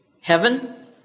Heaven